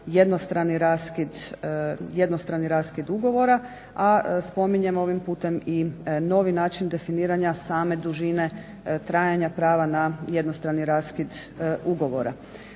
jednostrani raskid ugovora, a spominjem ovim putem i novi način definiranja same dužine trajanja prava na jednostrani raskid ugovora.